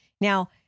Now